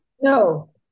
No